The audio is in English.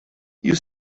you